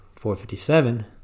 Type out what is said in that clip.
457